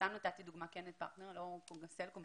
סתם נתתי את פרטנר כדוגמה וזה יכול להיות סלקום,